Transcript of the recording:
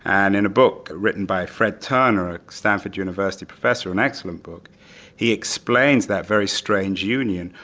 and in a book written by fred turner, a stanford university professor, an excellent book he explains that very strange union.